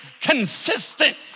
consistent